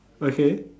okay